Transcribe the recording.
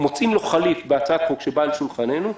מוצאים לו חליף בהצעת חוק שבאה אל שולחננו.